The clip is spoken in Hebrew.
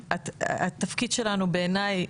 התפקיד שלנו, בעיניי,